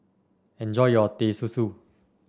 enjoy your Teh Susu